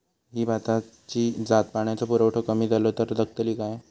ही भाताची जात पाण्याचो पुरवठो कमी जलो तर जगतली काय?